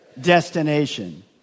destination